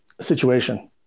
situation